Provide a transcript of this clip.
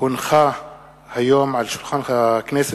הונחו היום על שולחן הכנסת,